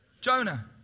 Jonah